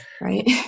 right